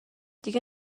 دیگه